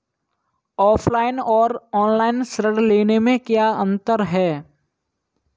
Offline और online ऋण लेने में क्या अंतर है?